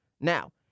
Now